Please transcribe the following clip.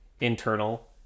internal